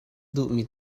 duhmi